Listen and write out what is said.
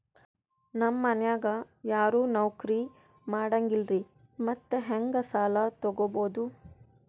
ನಮ್ ಮನ್ಯಾಗ ಯಾರೂ ನೌಕ್ರಿ ಮಾಡಂಗಿಲ್ಲ್ರಿ ಮತ್ತೆಹೆಂಗ ಸಾಲಾ ತೊಗೊಬೌದು?